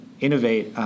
innovate